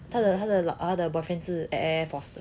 他的他的老他的 boyfriend 是 air force 的